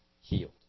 healed